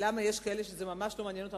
למה יש בכנסת כאלה שזה ממש לא מעניין אותם,